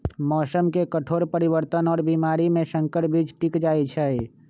मौसम के कठोर परिवर्तन और बीमारी में संकर बीज टिक जाई छई